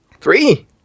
Three